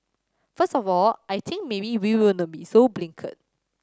first of all I think maybe we will not be so blinkered